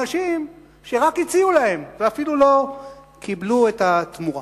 אנשים שרק הציעו להם ואפילו לא קיבלו את התמורה.